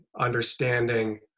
understanding